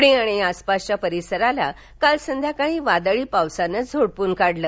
पुणे आणि आसपासच्या परिसरालाही काल संध्याकाळी वादळी पावसानं झोडपून काढलं